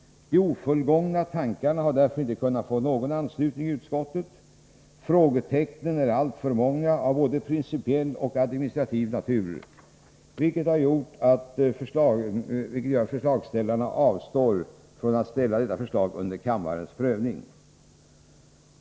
De ofullgångna tankarna har därför inte kunnat få någon anslutning i utskottet. Frågetecknen är alltför många och av både principiell och administrativ natur, vilket gör att förslagsställarna avstår från att ställa detta förslag under kammarens prövning.